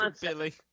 Billy